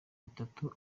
bitatu